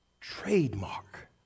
Trademark